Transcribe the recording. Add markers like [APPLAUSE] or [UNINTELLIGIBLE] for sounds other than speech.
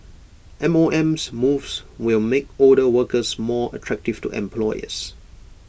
M O M [UNINTELLIGIBLE] moves will make older workers more attractive to employers